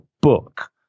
book